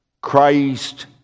Christ